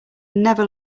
never